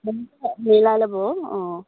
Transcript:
টাইমটো মিলাই ল'ব অঁ